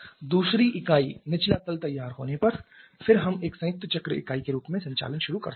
दूसरी इकाई निचला तल तैयार होने पर फिर हम एक संयुक्त चक्र इकाई के रूप में संचालन शुरू करते हैं